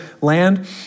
land